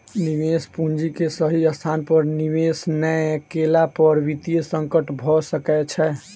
निवेश पूंजी के सही स्थान पर निवेश नै केला पर वित्तीय संकट भ सकै छै